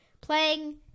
playing